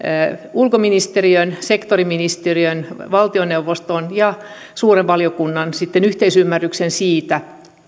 ulkoministeriön sektoriministeriön valtioneuvoston ja suuren valiokunnan yhteisymmärryksen siitä